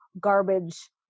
garbage